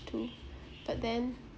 to but then